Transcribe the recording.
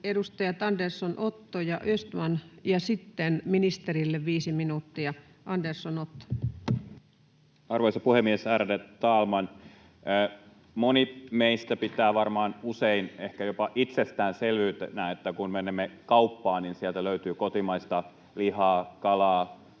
edustajat Andersson, Otto, ja Östman, ja sitten ministerille viisi minuuttia. — Andersson, Otto. Arvoisa puhemies, ärade talman! Varmaan moni meistä pitää usein ehkä jopa itsestäänselvyytenä, että kun menemme kauppaan, niin sieltä löytyy kotimaista lihaa, kalaa,